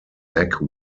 egg